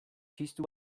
txistu